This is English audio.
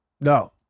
No